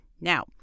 Now